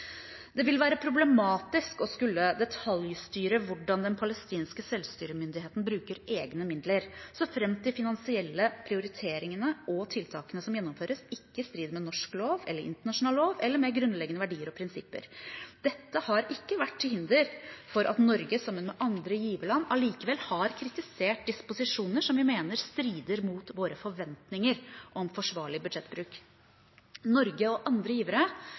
Det vil være problematisk å skulle detaljstyre hvordan Den palestinske selvstyremyndigheten bruker egne midler, såfremt de finansielle prioriteringene og tiltakene som gjennomføres, ikke strider med norsk eller internasjonal lov eller med grunnleggende verdier og prinsipper. Dette har ikke vært til hinder for at Norge, sammen med andre giverland, likevel har kritisert disposisjoner vi mener strider mot våre forventninger om forsvarlig budsjettbruk. Norge og andre givere